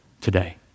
today